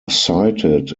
cited